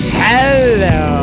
hello